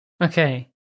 okay